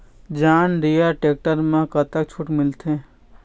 John Deere tractor म कतक छूट मिलथे?